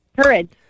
Courage